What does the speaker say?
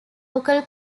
local